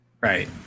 Right